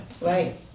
Right